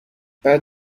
بعد